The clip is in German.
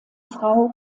frau